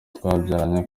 twabyaranye